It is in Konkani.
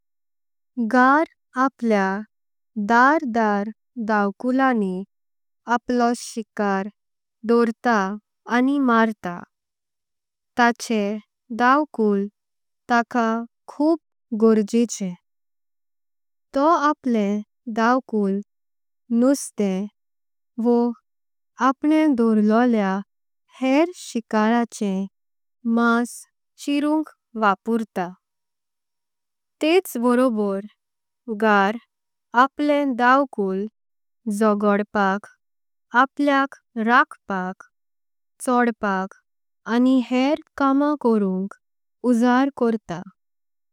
घर आपले दारधर धावकूळांनी अपलो शिकर। दोर्ता आनि मरता ताचे धावकूळ तक कुभ गरजचे। तो आपले धावकूळ नुस्ते व अप्ने दोर्लोले हेर शिकराचें। मास चिरूंवक वपुरतात तेच बरोबरो घर आपलें। धावकूळ जोड़दपाक आपल्याक राखपाक। चोड़पाक आनि हेऱ काम कोरूंक उजाड कोर्ता।